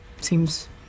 Seems